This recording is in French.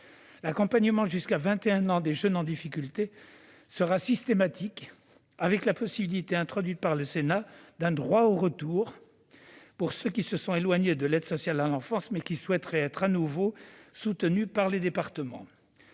L'accompagnement jusqu'à 21 ans des jeunes en difficulté sera systématique. Le Sénat a en outre introduit la possibilité d'un droit au retour pour ceux qui se sont éloignés de l'aide sociale à l'enfance, mais souhaiteraient être de nouveau soutenus par les départements.